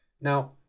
Now